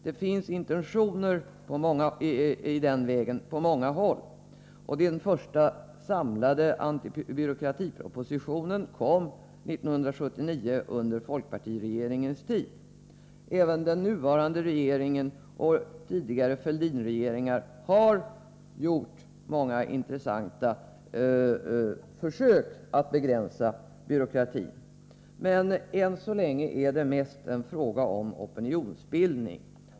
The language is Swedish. Det finns intentioner i den vägen på många håll, och den första samlade antibyråkratipropositionen kom 1979 under folkpartiregeringens tid. Även den nuvarande regeringen och Fälldinregeringar under tidigare år har gjort många intressanta försök att begränsa byråkratin. Men än så länge är det mest en fråga om opinionsbildning.